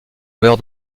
meurt